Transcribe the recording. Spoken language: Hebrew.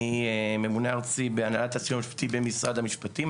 אני ממונה ארצי בהנהלת הסיוע המשפטי במשרד המשפטים.